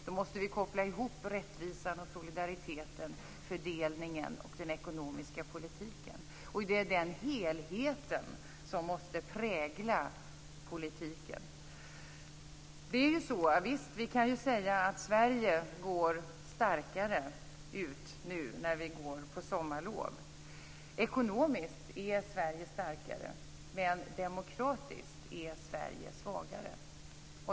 Då måste vi koppla ihop rättvisan, solidariteten, fördelningen och den ekonomiska politiken. Det är den helheten som måste prägla politiken. Visst kan vi säga att Sverige är starkare nu när vi tar sommarlov. Ekonomiskt är Sverige starkare, men demokratiskt är Sverige svagare.